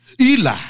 Eli